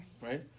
right